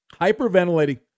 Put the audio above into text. hyperventilating